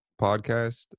podcast